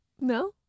No